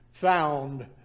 found